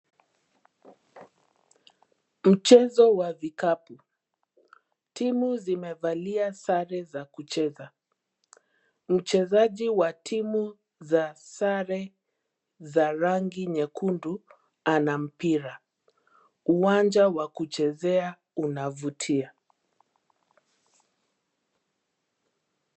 Mchezo wa vikapu. Timu zimevalia sare za kucheza. Mchezaji wa timu za sare za rangi nyekundu ana mpira. Uwanja wa kuchezea unavutia.